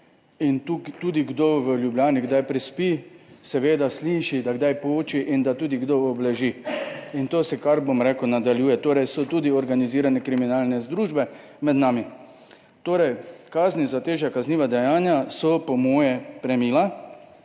Tudi kdo v Ljubljani kdaj prespi, seveda sliši, da kdaj poči in da tudi kdo obleži. In to se kar, bom rekel, nadaljuje, torej so tudi organizirane kriminalne združbe med nami. Kazni za težja kazniva dejanja so po mojem premila.